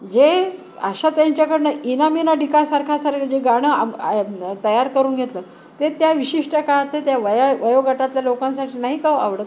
जे आशा ताईंच्याकडन इनामीनाडिका सारखं सारखं जे गाणं आ ब आ तयार करून घेतलं ते त्या विशिष्ट काळात त्या वया वयोगटातल्या लोकांसाठी नाही काव आवडतं